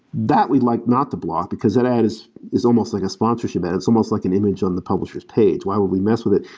that we like not to block, because that ad is is almost like a sponsorship ad, it's almost like an image on the publisher s page. why would we mess with it?